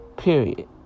Period